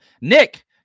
Nick